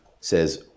says